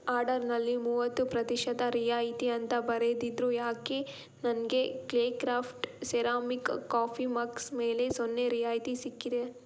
ಆರ್ಡರ್ನಲ್ಲಿ ಮೂವತ್ತು ಪ್ರತಿಶತ ರಿಯಾಯಿತಿ ಅಂತ ಬರೆದಿದ್ರೂ ಯಾಕೆ ನನಗೆ clay craft ceramic coffee mugs ಮೇಲೆ ಸೊನ್ನೆ ರಿಯಾಯಿತಿ ಸಿಕ್ಕಿದೆ